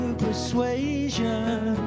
persuasion